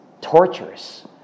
torturous